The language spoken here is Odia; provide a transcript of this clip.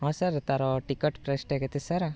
ହଁ ସାର୍ ତାର ଟିକେଟ୍ ପ୍ରାଇସ୍ଟା କେତେ ସାର୍